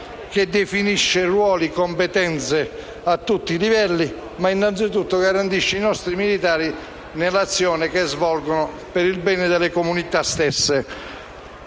che definisce ruoli e competenze a tutti i livelli e, innanzitutto, garantisce i nostri militari nell'azione che svolgono, per il bene delle comunità in